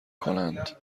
کنند